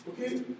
okay